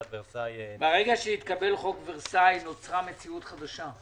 ברגע שהתקבל חוק ורסאי נוצרה מציאות חדשה.